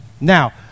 now